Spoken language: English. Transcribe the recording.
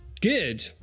Good